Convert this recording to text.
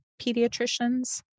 pediatricians